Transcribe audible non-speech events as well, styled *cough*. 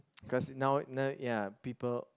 *noise* cause now know ya people